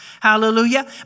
Hallelujah